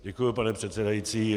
Děkuji, pane předsedající.